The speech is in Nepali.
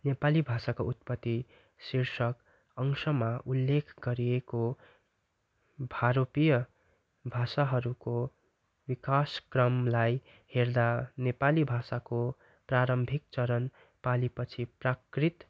नेपाली भाषाको उत्पत्ति शीर्षक अंशमा उल्लेख गरिएको भारोपिय भाषाहरूको विकाशक्रमलाई हेर्दा नेपाली भाषाको प्रारम्भिक चरण पालीपछि प्राकृत